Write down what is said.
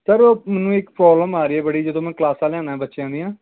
sir ਉਹ ਮੈਨੂੰ ਇੱਕ ਪ੍ਰੋਬਲਮ ਆ ਰਹੀ ਹੈ ਬੜੀ ਜਦੋਂ ਮੈਂ ਕਲਾਸਾਂ ਲੈਂਦਾ ਬੱਚਿਆਂ ਦੀਆਂ